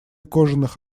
кожаных